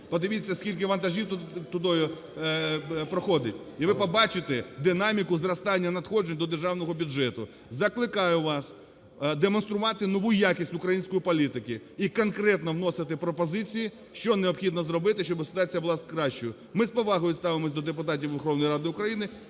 подивіться ,скільки вантажів тудою проходить, і ви побачите динаміку зростання надходжень до державного бюджету. Закликаю вас демонструвати нову якість української політики і конкретно вносити пропозиції, що необхідно зробити, щоб ситуація була кращою. Ми з повагою ставимося до депутатів Верховної Ради України,